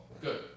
Good